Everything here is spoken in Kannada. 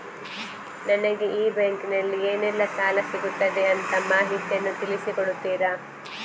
ನನಗೆ ಈ ಬ್ಯಾಂಕಿನಲ್ಲಿ ಏನೆಲ್ಲಾ ಸಾಲ ಸಿಗುತ್ತದೆ ಅಂತ ಮಾಹಿತಿಯನ್ನು ತಿಳಿಸಿ ಕೊಡುತ್ತೀರಾ?